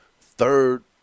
third